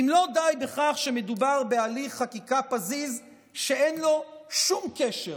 ואם לא די בכך שמדובר בהליך חקיקה פזיז שאין לו שום קשר